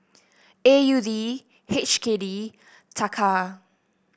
A U D H K D Taka